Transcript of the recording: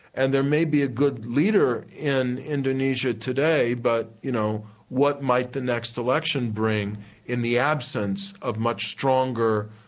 and there may be a good leader in indonesia today, but you know what might the next election bring in the absence of much stronger,